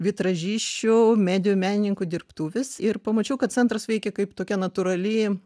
vitražisčių medijų menininkų dirbtuves ir pamačiau kad centras veikia kaip tokia natūrali